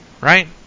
right